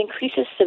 increases